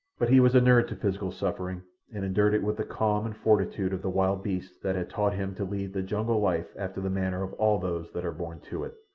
but he was inured to physical suffering and endured it with the calm and fortitude of the wild beasts that had taught him to lead the jungle life after the manner of all those that are born to it.